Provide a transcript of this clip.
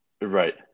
Right